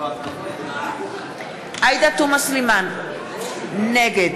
עאידה תומא סלימאן, נגד